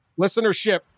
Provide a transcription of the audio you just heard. Listenership